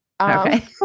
Okay